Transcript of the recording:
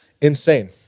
Insane